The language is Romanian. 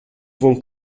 vom